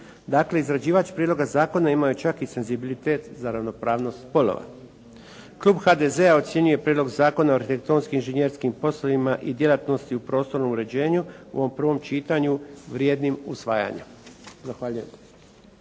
Dakle, izrađivač prijedloga zakona imao je čak i senzibilitet za ravnopravnost spolova. Klub HDZ-a, ocjenjuje prijedlog zakona o arhitektonskim, inženjerskim poslovima i djelatnosti u prostornom uređenju u ovom prvom čitanju vrijednim usvajanja. Zahvaljujem.